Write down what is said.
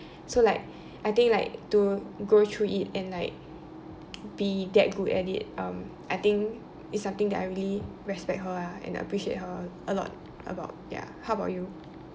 so like I think like to go through it and like be that good at it um I think it's something that I really respect her ah and appreciate her a lot about ya how about you